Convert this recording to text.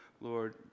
Lord